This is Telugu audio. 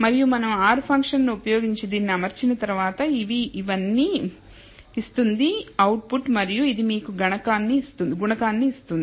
మరియు మనం R ఫంక్షన్ను ఉపయోగించి దీన్ని అమర్చిన తర్వాత ఇది ఇవన్నీ ఇస్తుంది అవుట్పుట్ మరియు ఇది మీకు గుణకాన్ని ఇస్తుంది